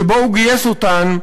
שבו הוא גייס אותן,